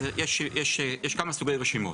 יש כמה סוגי רשימות.